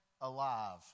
alive